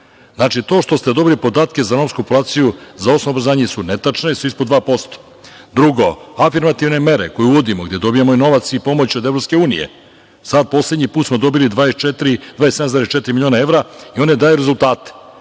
Znači, to što ste dobili podatke za romsku populaciju za osnovno obrazovanje su netačne, jer su ispod 2%.Drugo, afirmativne mere, koje uvodimo, gde dobijamo i novac i pomoć od EU, sada poslednji put smo dobili 27,4 miliona evra i one daju rezultate.